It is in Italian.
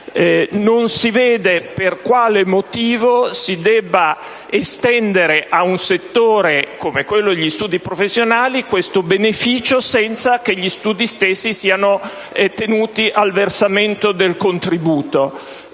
non si vede per quale motivo si debba estendere a un settore come quello degli studi professionali questa prestazione assicurativa senza che gli studi stessi siano tenuti al versamento del relativo